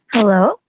Hello